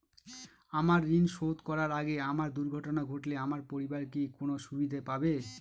আমার ঋণ শোধ করার আগে আমার দুর্ঘটনা ঘটলে আমার পরিবার কি কোনো সুবিধে পাবে?